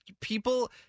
People